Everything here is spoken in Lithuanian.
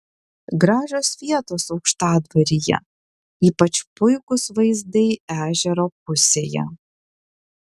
gražios vietos aukštadvaryje ypač puikūs vaizdai ežero pusėje